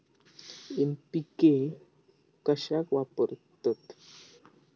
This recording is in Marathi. एन.पी.के कशाक वापरतत?